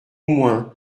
moins